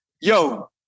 Yo